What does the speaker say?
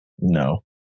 No